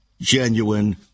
genuine